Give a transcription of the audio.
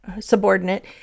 subordinate